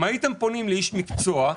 אם הייתם פונים לאיש מקצוע,